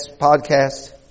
podcast